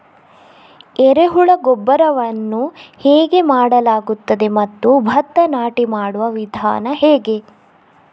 ಎರೆಹುಳು ಗೊಬ್ಬರವನ್ನು ಹೇಗೆ ಮಾಡಲಾಗುತ್ತದೆ ಮತ್ತು ಭತ್ತ ನಾಟಿ ಮಾಡುವ ವಿಧಾನ ಹೇಗೆ?